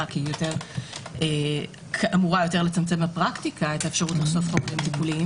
כי היא אמורה יותר לצמצם בפרקטיקה את האפשרות לחשוף חומרים פליליים,